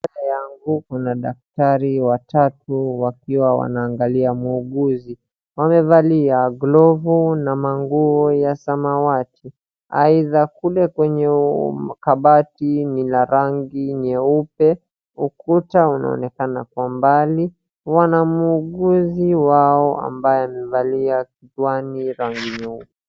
Mbele yangu kuna daktari watatu wakiwa wanaangalia muuguzi, wamevalia glovu na manguo ya samawati, aidha kule kwenye kabati ni la rangi nyeupe, ukuta unaonekana kwa umbali, wana muuguzi wao ambaye amevalia kichwani rangi nyeupe.